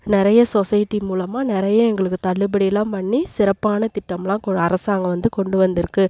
நிறைய சொசைட்டி மூலமாக நிறைய எங்களுக்கு தள்ளுபடிலாம் பண்ணி சிறப்பான திட்டம்லாம் அரசாங்கம் வந்து கொண்டு வந்திருக்கு